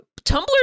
Tumblr